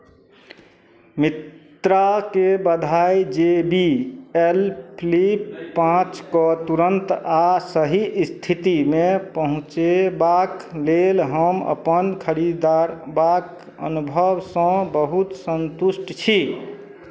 मित्राकेँ बधाइ J B L Flip पाँचकेँ तुरन्त आ सही स्थितिमे पहुँचेबाक लेल हम अपन खरीदबाक अनुभवसँ बहुत सन्तुष्ट छी